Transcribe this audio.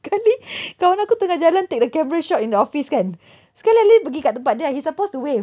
sekali kawan aku tengah jalan take the camera shot in the office kan sekali pergi kat tempat dia he's supposed to wave